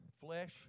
flesh